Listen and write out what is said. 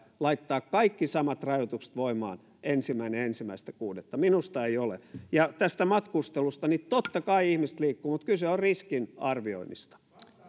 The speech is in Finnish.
laittaa kaikki samat rajoitukset voimaan ensimmäinen kuudetta minusta ei ole ja tästä matkustelusta totta kai ihmiset liikkuvat mutta kyse on riskin arvioinnista